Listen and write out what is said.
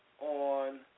on